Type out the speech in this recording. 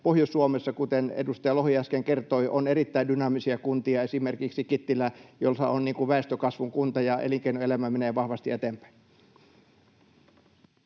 Pohjois-Suomessa, kuten edustaja Lohi äsken kertoi, on erittäin dynaamisia kuntia, esimerkiksi Kittilä, joka on väestönkasvukunta, ja elinkeinoelämä menee vahvasti eteenpäin.